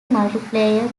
multiplayer